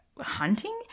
hunting